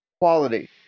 quality